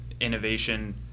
innovation